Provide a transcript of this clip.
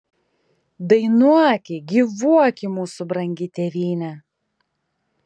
dainuoki gyvuoki mūsų brangi tėvyne